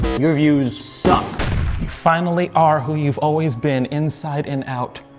your views. so you finally are who you've always been inside and out.